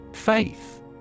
Faith